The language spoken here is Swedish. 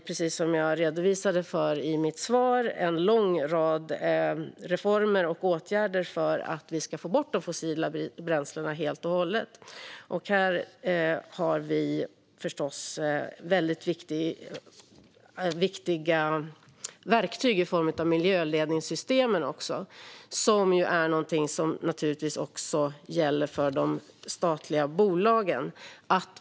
Precis som jag redovisade i mitt svar har vi en lång rad reformer och åtgärder för att få bort de fossila bränslena helt och hållet. Här har vi förstås också väldigt viktiga verktyg i form av miljöledningssystemen. Det är naturligtvis någonting som också gäller för de statliga bolagen.